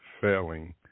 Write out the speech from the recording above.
failing